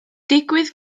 digwydd